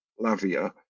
Lavia